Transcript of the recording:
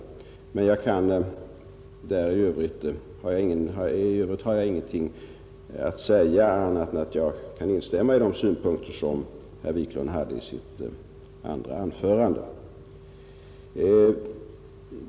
I övrigt har jag ingenting annat att säga än att jag kan instämma i de synpunkter som herr Wiklund framförde i sitt andra anförande.